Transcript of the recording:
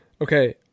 Okay